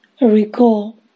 recall